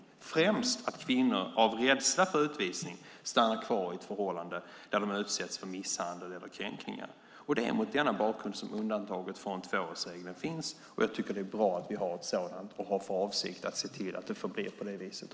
Det gäller främst detta att kvinnor av rädsla för utvisning stannar kvar i ett förhållande där de utsätts för misshandel eller kränkningar. Det är mot denna bakgrund som undantaget från tvåårsregeln finns. Jag tycker att det är bra att vi har ett sådant undantag, och jag har för avsikt att se till att det också förblir på det viset.